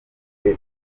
uyu